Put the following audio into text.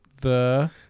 the-